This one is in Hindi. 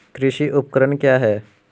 कृषि उपकरण क्या है?